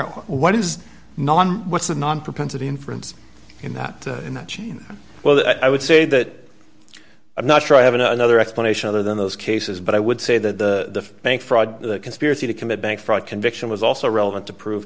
out what is what's the non propensity inference in that in that chain well that i would say that i'm not sure i have another explanation other than those cases but i would say that the bank fraud conspiracy to commit bank fraud conviction was also relevant to prove